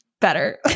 better